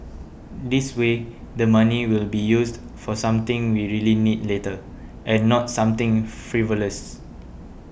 this way the money will be used for something we really need later and not something frivolous